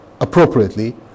appropriately